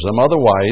otherwise